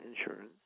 insurance